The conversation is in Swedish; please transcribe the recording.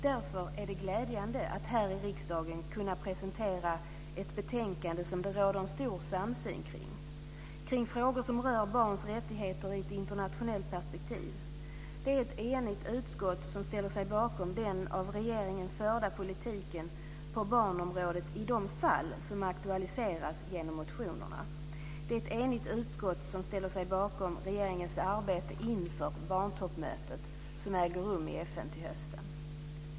Därför är det glädjande att här i riksdagen kunna presentera ett betänkande som det råder en stor samsyn kring om frågor som rör barns rättigheter i ett internationellt perspektiv. Det är ett enigt utskott som ställer sig bakom den av regeringen förda politiken på barnområdet i de fall som aktualiseras genom motionerna. Det är ett enigt utskott som ställer sig bakom regeringens arbete inför barntoppmötet som äger rum i FN till hösten.